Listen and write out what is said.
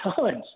times